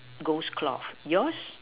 ghost cloth yours